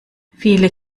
viele